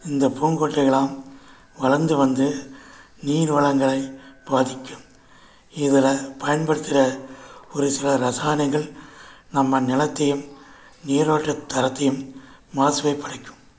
இந்த பூங்கொட்டைகள்லாம் வளர்ந்து வந்து நீர் வளங்களை பாதிக்கும் இதில் பயன்படுத்தற ஒரு சில ரசாயனங்கள் நம்ம நிலத்தையும் நீர் ஓட்ட தரத்தையும் மாசு அடைய வைக்கும்